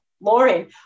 Lauren